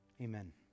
Amen